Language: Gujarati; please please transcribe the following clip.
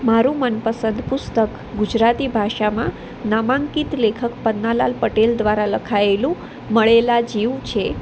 મારું મનપસંદ પુસ્તક ગુજરાતી ભાષામાં નામાંકિત લેખક પન્નાલાલ પટેલ દ્વારા લખાએલું મળેલા જીવ છે